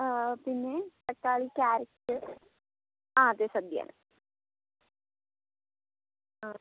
പിന്നെ തക്കാളി ക്യാരറ്റ് ആ അതേ സദ്യയാണ് ആ